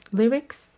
lyrics